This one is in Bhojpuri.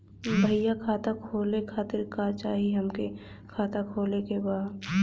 भईया खाता खोले खातिर का चाही हमके खाता खोले के बा?